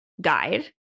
guide